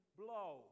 blow